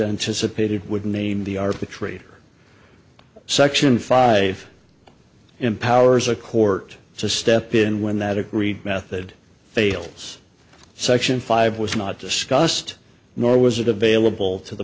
anticipated would name the arbitrator section five empowers a court to step in when that agreed method fails section five was not discussed nor was it available to the